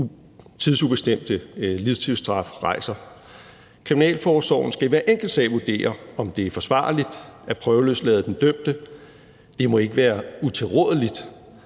tidsubestemte livstidsstraf rejser. Kriminalforsorgen skal i hver enkelt sag vurdere, om det er forsvarligt at prøveløslade den dømte; det må ikke være utilrådeligt